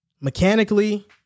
mechanically